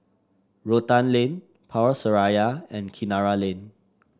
Rotan Lane Power Seraya and Kinara Lane